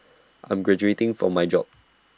I'm graduating from my job